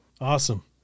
Awesome